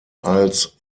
als